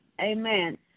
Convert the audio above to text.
Amen